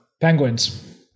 Penguins